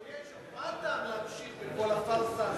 מה הטעם להמשיך בכל הפארסה הזאת?